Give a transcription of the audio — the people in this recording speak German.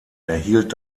erhielt